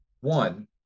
One